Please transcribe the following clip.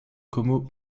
komo